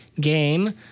game